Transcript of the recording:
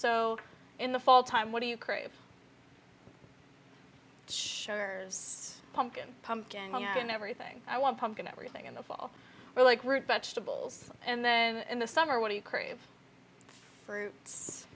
so in the fall time what do you crave show pumpkins pumpkin and everything i want pumpkin everything in the fall or like root vegetables and then in the summer what do you crave fruits